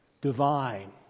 divine